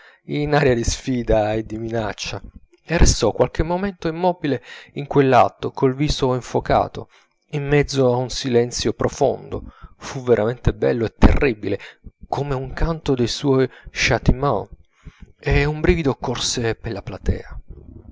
in aria di sfida e di minaccia e restò qualche momento immobile in quell'atto col viso infocato in mezzo a un silenzio profondo fu veramente bello e terribile come un canto dei suoi chtiments e un brivido corse per la platea